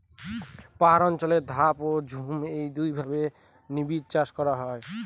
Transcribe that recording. পাহাড় অঞ্চলে ধাপ ও ঝুম এই দুইভাবে নিবিড়চাষ করা হয়